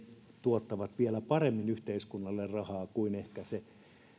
tuottavat vielä paremmin yhteiskunnalle rahaa kuin ehkä